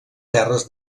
terres